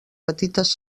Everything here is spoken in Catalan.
petites